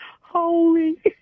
Holy